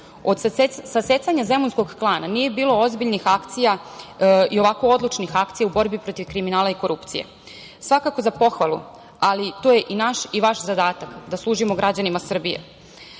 Od sasecanja zemunskog klana nije bilo ozbiljnih akcija i ovako odlučnih akcija u borbi protiv kriminala i korupcije. Svakako za pohvalu, ali to je i naš i vaš zadatak da služimo građanima Srbije.